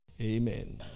amen